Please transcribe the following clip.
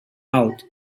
out